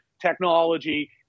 technology